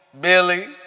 Billy